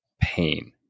pain